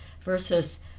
versus